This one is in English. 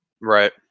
Right